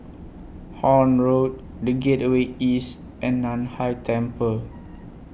Horne Road The Gateway East and NAN Hai Temple